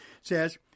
says